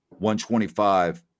125